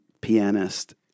pianist